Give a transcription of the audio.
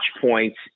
points